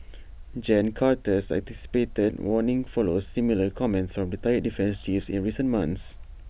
gen Carter's anticipated warning follows similar comments from retired defence chiefs in recent months